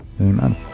Amen